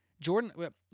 Jordan